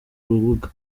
rubuga